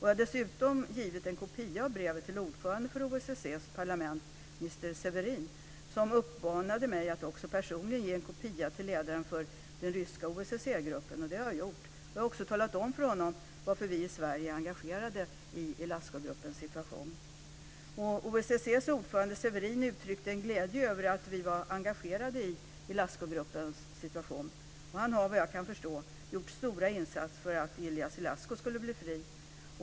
Jag har dessutom givit en kopia av brevet till ordföranden för OSSE:s parlament, mr Severin, som uppmanade mig att också personligen ge en kopia till ledaren för den ryska OSSE-gruppen, och det har jag gjort. Jag har också talat om för honom varför vi i Sverige är engagerade i Ilascu-gruppens situation. OSSE:s ordförande Severin uttryckte glädje över att vi var engagerade i Ilascu-gruppens situation. Han har, vad jag kan förstå, gjort stora insatser för att Ilie Ilascu skulle bli fri.